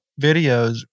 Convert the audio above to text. videos